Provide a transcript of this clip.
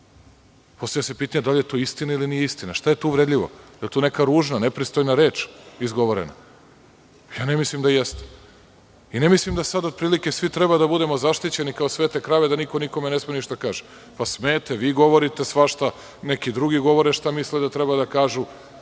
Postavlja se pitanje – da li je to istina ili nije istina? Šta je to uvredljivo? Da li je to neka ružna, nepristojna reč izgovorena? Ja ne mislim da jeste i ne mislim da sada otprilike svi treba da budemo zaštićeni kao svete krave, da niko nikome ne sme ništa da kaže. Pa smete, vi govorite svašta. Neki govore šta misle da treba da kažu.